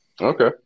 okay